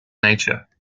nature